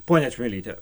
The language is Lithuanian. ponia čmilyte